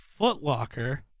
Footlocker